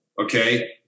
okay